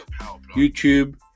YouTube